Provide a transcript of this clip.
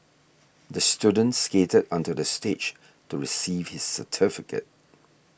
the student skated onto the stage to receive his certificate